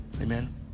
amen